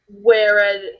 Whereas